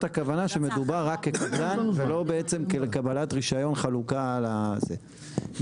הכוונה שמדובר רק כקבלן ולא כקבלת רישיון חלוקה לתאגידים.